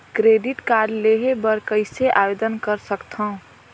Credit card लेहे बर कइसे आवेदन कर सकथव?